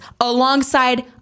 alongside